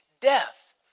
death